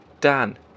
Dan